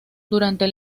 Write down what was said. durante